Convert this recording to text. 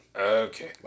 Okay